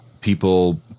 people